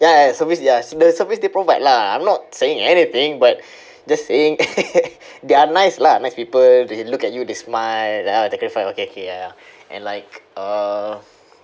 ya ya service ya the service they provide lah I'm not saying anything but just saying they are nice lah nice people they look at you they smile like okay okay ya and like uh